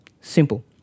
simple